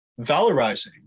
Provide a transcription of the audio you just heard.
valorizing